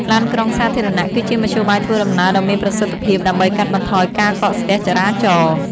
ឡានក្រុងសាធារណៈ គឺជាមធ្យោបាយធ្វើដំណើរដ៏មានប្រសិទ្ធភាពដើម្បីកាត់បន្ថយការកកស្ទះចរាចរណ៍។